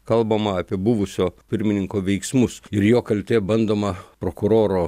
kalbama apie buvusio pirmininko veiksmus ir jo kaltė bandoma prokuroro